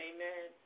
Amen